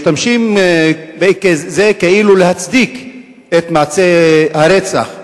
משתמשים בזה כאילו להצדיק את מעשה הרצח.